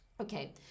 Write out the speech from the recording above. okay